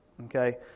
okay